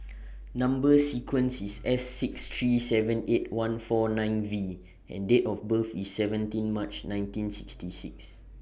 Number sequence IS S six three seven eight one four nine V and Date of birth IS seventeen March nineteen sixty six